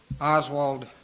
Oswald